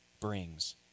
brings